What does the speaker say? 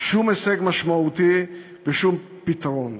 שום הישג משמעותי ושום פתרון.